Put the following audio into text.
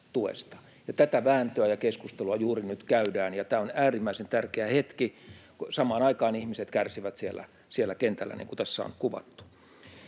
Tätä vääntöä ja keskustelua juuri nyt käydään, ja tämä on äärimmäisen tärkeä hetki. Samaan aikaan ihmiset kärsivät siellä kentällä, niin kuin tässä on kuvattu.